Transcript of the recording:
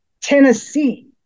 tennessee